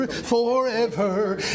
forever